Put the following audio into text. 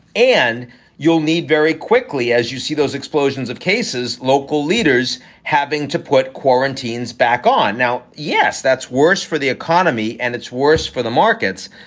and you'll need very quickly, as you see those explosions of cases, local leaders having to put quarantines back on now. yes, that's worse for the economy and it's worse for the markets.